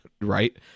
right